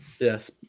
Yes